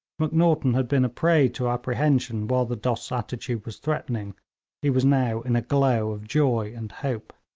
macnaghten had been a prey to apprehension while the dost's attitude was threatening he was now in a glow of joy and hope.